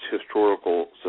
Historical